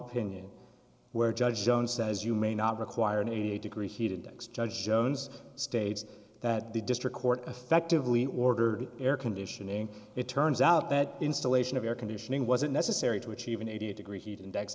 opinion where judge jones says you may not require an eighty eight degree heat index judge jones states that the district court effectively ordered air conditioning it turns out that installation of air conditioning wasn't necessary to achieve an eighty degree heat index